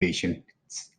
patience